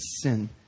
sin